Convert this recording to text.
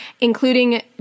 including